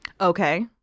Okay